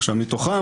מתוכן,